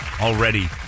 already